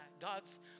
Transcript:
God's